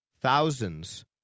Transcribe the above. thousands